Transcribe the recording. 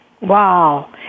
Wow